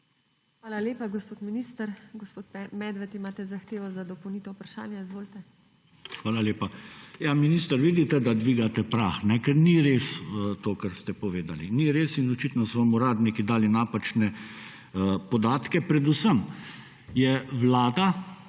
Hvala lepa, gospod minister. Gospod Medved, imate zahtevo za dopolnitev vprašanja. Izvolite. RUDI MEDVED (PS LMŠ): Hvala lepa. Ja, minister, vidite, da dvigate prah, ker ni res to, kar ste povedali. Ni res in očitno so vam uradniki dali napačne podatke. Predvsem je vlada